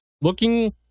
Looking